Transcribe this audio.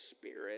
Spirit